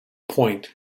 point